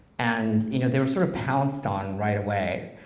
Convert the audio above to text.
and you know they were sort of pounced on right away.